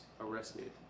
arrested